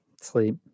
sleep